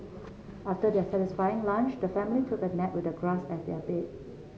after their satisfying lunch the family took a nap with the grass as their bed